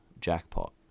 jackpot